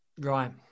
Right